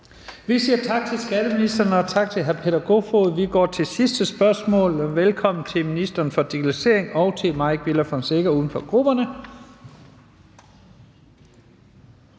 Vi siger tak til skatteministeren og tak til hr. Peter Kofod. Vi går til det sidste spørgsmål. Velkommen til ministeren for digitalisering og til Mike Villa Fonseca, uden for grupperne.